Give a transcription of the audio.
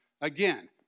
Again